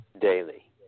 daily